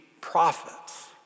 prophets